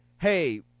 hey